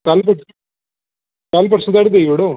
साढ़े छे तगर देई ओड़ो